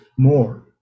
more